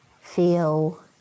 feel